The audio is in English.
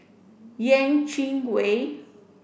Yeh Chi Wei